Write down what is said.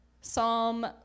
Psalm